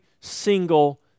single